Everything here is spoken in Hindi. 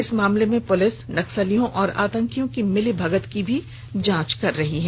इस मामले में पुलिस नक्सलियों और आतंकियों की मिली भगत की भी जांच कर रही है